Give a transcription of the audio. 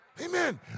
Amen